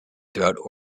throughout